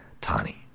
Tani